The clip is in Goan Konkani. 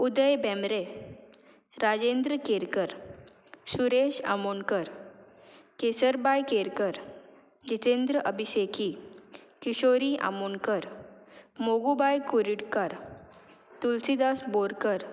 उदय भेंब्रे राजेंद्र केरकर सुरेश आमोणकर केसरबाय केरकर जितेंद्र अभिशेकी किशोरी आमोणकर मोगुबाय कुर्डीकर तुलसीदास बोरकर